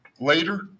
later